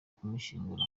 kumushyingura